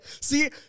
See